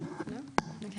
לדבר.